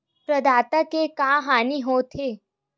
प्रदाता के का हानि हो थे?